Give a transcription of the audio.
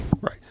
right